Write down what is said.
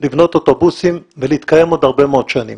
לבנות אוטובוסים ולהתקיים עוד הרבה מאוד שנים.